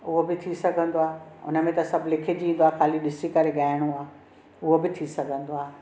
उहो ॿि थी सघंदो आहे हुन में त सभु लिखजी ईंदो आहे ख़ाली ॾिसी करे ॻाइणो आहे उहो ॿि थी सघंदो आहे